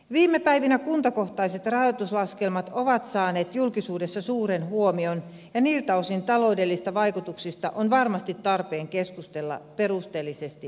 viime päivinä kuntakohtaiset rahoituslaskelmat ovat saaneet julkisuudessa suuren huomion ja niiltä osin taloudellisista vaikutuksista on varmasti tarpeen keskustella perusteellisesti vielä jatkossakin